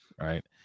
right